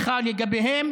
יהיה בקברי סנהדרין.